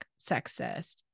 sexist